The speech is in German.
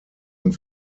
und